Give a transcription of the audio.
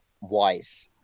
wise